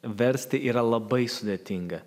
versti yra labai sudėtinga